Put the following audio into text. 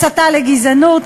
הסתה לגזענות,